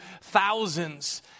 thousands